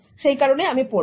সেই কারণে আমি পড়বো